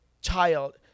child